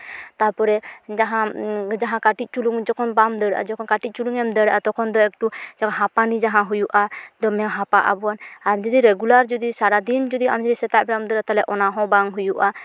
ᱛᱟᱯᱚᱨᱮ ᱡᱟᱦᱟᱸ ᱡᱟᱦᱟᱸ ᱠᱟᱹᱴᱤᱡ ᱪᱩᱞᱩᱝ ᱡᱚᱠᱷᱚᱱ ᱵᱟᱢ ᱫᱟᱹᱲᱟᱜᱼᱟ ᱡᱚᱠᱷᱚᱱ ᱠᱟᱹᱴᱤᱡ ᱪᱩᱞᱩᱝᱮᱢ ᱫᱟᱹᱲᱟᱜᱼᱟ ᱛᱚᱠᱷᱚᱱ ᱫᱚ ᱮᱠᱴᱩ ᱦᱟᱸᱯᱟᱱᱤ ᱡᱟᱦᱟᱸ ᱦᱩᱭᱩᱜᱼᱟ ᱫᱚᱢᱮ ᱦᱟᱸᱯᱟᱜᱼᱟᱵᱚᱱ ᱟᱨ ᱡᱩᱫᱤ ᱡᱩᱫᱤ ᱨᱮᱜᱩᱞᱟᱨ ᱡᱩᱫᱤ ᱥᱟᱨᱟᱫᱤᱱ ᱡᱩᱫᱤ ᱟᱢ ᱡᱩᱫᱤ ᱥᱮᱛᱟᱜ ᱵᱮᱲᱟᱢ ᱫᱟᱹᱲᱟᱜᱼᱟ ᱚᱱᱟ ᱦᱚᱸ ᱵᱟᱝ ᱦᱩᱭᱩᱜᱼᱟ